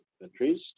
countries